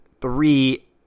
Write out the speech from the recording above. three